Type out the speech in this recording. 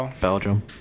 Belgium